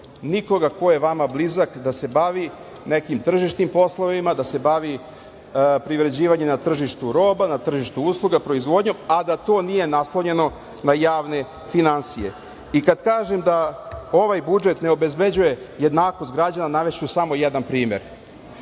nikoga ko je vama blizak da se bavi nekim tržišnim poslovima, da se bavi privređivanjem na tržištu roba, na tržištu usluga, proizvodnje, a da to nije naslovljeno na javne finansije.I, kad kažem da ovaj budžet ne obezbeđuje jednakost građana navešću samo jedan primer.